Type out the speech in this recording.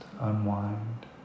unwind